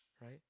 right